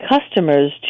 customers